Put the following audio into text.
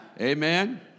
Amen